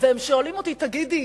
והם שאלים אותי: תגידי,